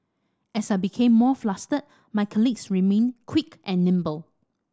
as I became more flustered my colleagues remained quick and nimble